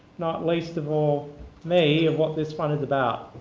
not least of all me, of what this one is about.